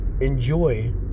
enjoy